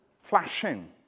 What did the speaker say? flashing